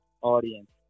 audience